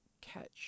catch